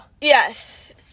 yes